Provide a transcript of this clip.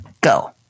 Go